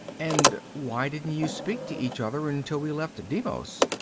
and why didn't you speak to each other until we left deimos?